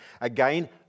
Again